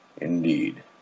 Indeed